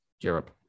Europe